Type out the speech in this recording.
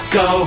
go